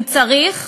אם צריך,